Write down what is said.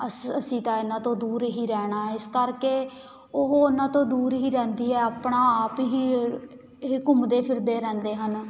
ਅਸ ਅਸੀਂ ਤਾਂ ਇਹਨਾਂ ਤੋਂ ਦੂਰ ਹੀ ਰਹਿਣਾ ਇਸ ਕਰਕੇ ਉਹ ਉਹਨਾਂ ਤੋਂ ਦੂਰ ਹੀ ਰਹਿੰਦੀ ਹੈ ਆਪਣਾ ਆਪ ਹੀ ਇਹ ਘੁੰਮਦੇ ਫਿਰਦੇ ਰਹਿੰਦੇ ਹਨ